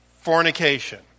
Fornication